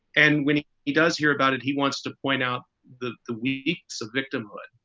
and when he does hear about it, he wants to point out the the weeks of victimhood.